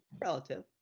Relative